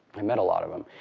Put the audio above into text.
i've met a lot of them,